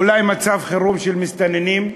אולי מצב חירום של מסתננים.